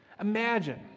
Imagine